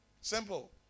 Simple